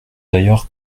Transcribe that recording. d’ailleurs